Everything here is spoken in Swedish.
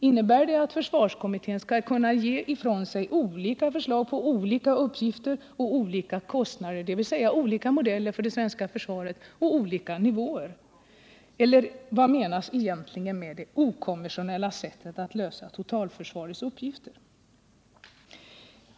Innebär det att försvarskommittén skall kunna ge ifrån sig olika förslag på olika uppgifter för försvaret till olika kostnader, dvs. olika modeller för det svenska försvaret på olika nivåer? Eller vad menas egentligen med det okonventionella sättet att lösa totalförsvarets uppgifter?